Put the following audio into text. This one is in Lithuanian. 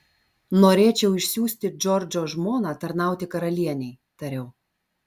norėčiau išsiųsti džordžo žmoną tarnauti karalienei tariau